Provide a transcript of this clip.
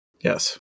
Yes